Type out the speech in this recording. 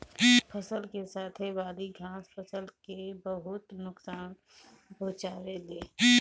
फसल के साथे वाली घास फसल के बहुत नोकसान पहुंचावे ले